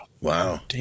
wow